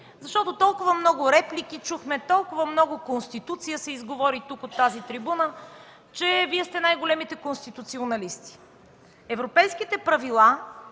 Чухме толкова много реплики, толкова много Конституция се изговори от тази трибуна – че Вие сте най-големите конституционалисти. Европейските правила